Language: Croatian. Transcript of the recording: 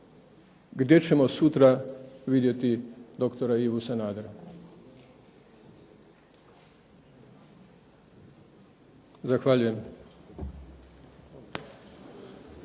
gdje ćemo sutra vidjeti doktora Ivu Sanadera. Zahvaljujem.